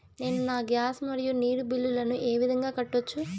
నేను నా గ్యాస్, మరియు నీరు బిల్లులను ఏ విధంగా కట్టొచ్చు?